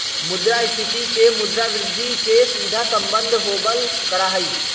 मुद्रास्फीती से मुद्रा वृद्धि के सीधा सम्बन्ध होबल करा हई